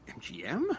MGM